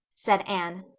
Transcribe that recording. said anne.